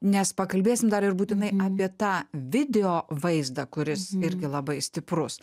nes pakalbėsim dar ir būtinai apie tą video vaizdą kuris irgi labai stiprus